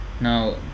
Now